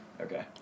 Okay